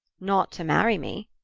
not to marry me,